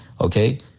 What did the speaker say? Okay